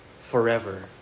forever